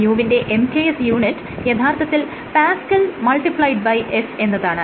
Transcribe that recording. µ വിന്റെ MKS unit യഥാർത്ഥത്തിൽ Pas എന്നതാണ്